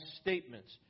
statements